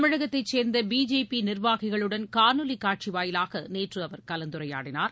தமிழகத்தை சேர்ந்த பிஜேபி நிர்வாகிகளுடன் காணொலி காட்சி வாயிலாக நேற்று அவர் கலந்துரையாடினார்